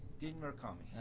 dean mericamy.